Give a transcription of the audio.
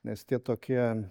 nes tie tokie